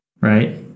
right